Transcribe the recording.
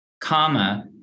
comma